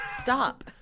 Stop